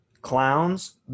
clowns